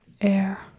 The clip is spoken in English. air